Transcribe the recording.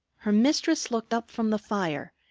her mistress looked up from the fire,